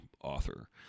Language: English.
author